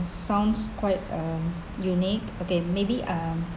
sounds quite um unique okay maybe um